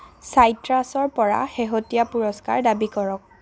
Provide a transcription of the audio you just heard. চাইট্ৰাছৰ পৰা শেহতীয়া পুৰস্কাৰ দাবী কৰক